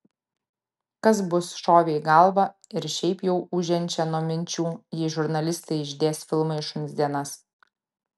kas bus šovė į galvą ir šiaip jau ūžiančią nuo minčių jei žurnalistai išdės filmą į šuns dienas